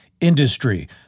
industry